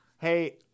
Hey